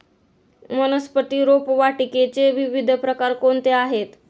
वनस्पती रोपवाटिकेचे विविध प्रकार कोणते आहेत?